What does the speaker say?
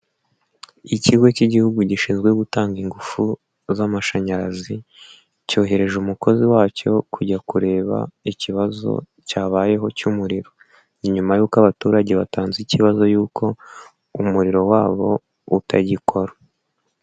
Ikigo cy'igihugu gishinzwe gutanga ingufu z'amashanyarazi, cyohereje umukozi wacyo kujya kureba ikibazo cyabayeho cy'umuriro, ni nyuma yuko abaturage batanze ikibazo yuko umuriro wabo utagikora.